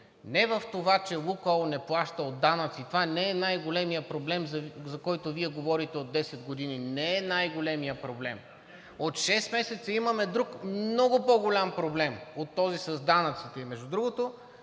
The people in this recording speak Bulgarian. Не в това, че „Лукойл“ не плащал данъци – това не е най-големият проблем, за който Вие говорите от 10 години. Не е най големият проблем! От шест месеца имаме друг много по-голям проблем от този с данъците. И между другото,